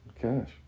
cash